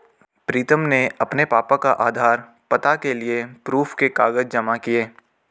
प्रीतम ने अपने पापा का आधार, पता के लिए प्रूफ के कागज जमा किए